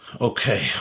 Okay